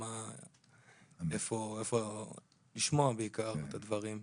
לשמוע בעיקר את הדברים.